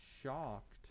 shocked